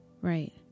Right